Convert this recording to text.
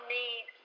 need